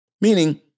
meaning